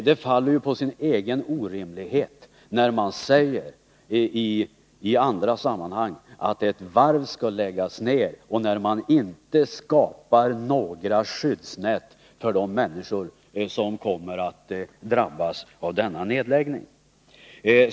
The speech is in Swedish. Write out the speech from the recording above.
Det faller på sin egen orimlighet när man i andra sammanhang säger att ett varv skall läggas ned och man inte skapar några skyddsnät för de människor som kommer att drabbas av denna nedläggning.